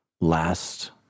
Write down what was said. last